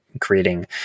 creating